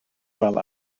fel